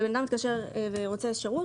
בן אדם מתקשר ורוצה שירות,